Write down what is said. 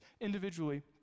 Individually